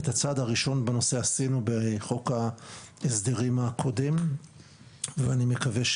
את הצעד הראשון בנושא עשינו בחוק ההסדרים הקודם ואני מקווה,